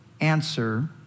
answer